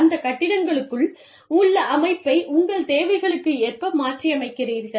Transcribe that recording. அந்த கட்டிடங்களுக்குள் உள்ள அமைப்பை உங்கள் தேவைகளுக்கு ஏற்ப மாற்றியமைக்கிறீர்கள்